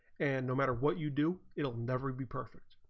and no matter what you do it never be perfect,